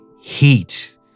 heat